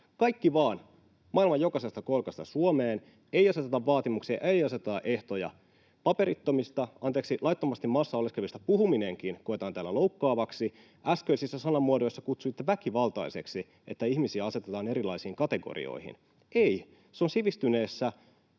Kaikki vaan maailman jokaisesta kolkasta Suomeen. Ei aseteta vaatimuksia, ei aseteta ehtoja. Laittomasti maassa oleskelevista puhuminenkin koetaan täällä loukkaavaksi. Äskeisissä sanamuodoissa kutsuitte väkivaltaiseksi, että ihmisiä asetetaan erilaisiin kategorioihin. Ei. Se on sivistyneessä